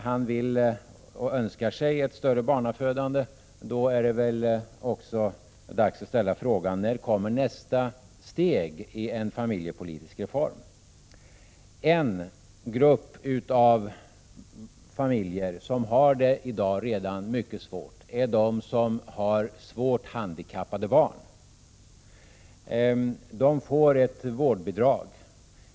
Han önskar sig ett större barnafödande, och då är det också dags att ställa frågan: När kommer nästa steg i en familjepolitisk reform? En grupp av familjer som redan i dag har det mycket besvärligt är de som har svårt handikappade barn. De får ett vårdbidrag.